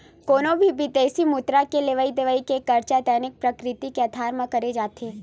कोनो भी बिदेसी मुद्रा के लेवई देवई के कारज दैनिक प्रकृति के अधार म करे जाथे